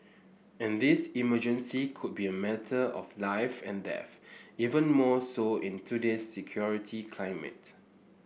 and this emergency could be a matter of life and death even more so in today's security climate